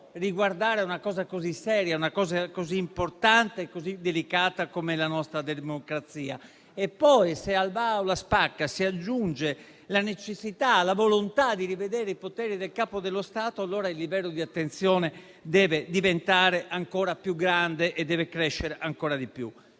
riguardare una cosa così seria, importante e delicata come la nostra democrazia. E poi, se al "o la va o la spacca", si aggiungono la necessità e la volontà di rivedere i poteri del capo dello Stato, allora il livello di attenzione deve diventare ancora più grande e deve crescere ancora di più.